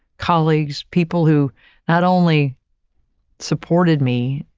colleagues, people who not only supported me,